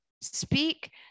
Speak